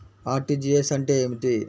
RTGS అంటే ఏమిటి?